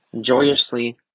joyously